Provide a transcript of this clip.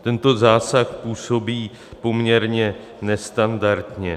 Tento zásah působí poměrně nestandardně.